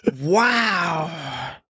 Wow